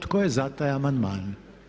Tko je za taj amandman?